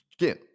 Again